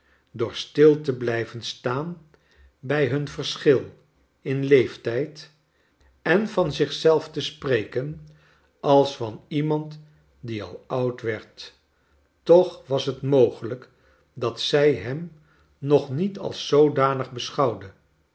doer stil te blijven staan bij hun verschil in leeftijd en van zich zelf te spreken als van iemand die al oud wercl toch was t mogelijk dat zij hem nog niet als zoodanig